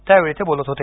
त्या वेळी ते बोलत होते